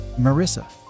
Marissa